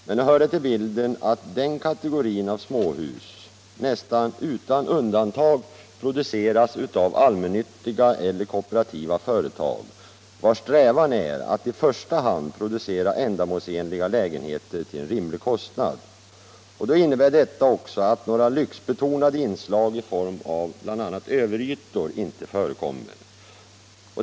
Men det hör till bilden att den kategorin av småhus nästan utan undantag produceras av allmännyttiga eller kooperativa företag, vars strävan i första hand är att producera ändamålsenliga lägenheter till rimlig kostnad. Det innebär också att några lyxbetonade inslag bl.a. i form av överytor inte förekommer.